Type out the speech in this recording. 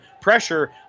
pressure